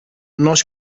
nós